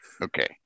Okay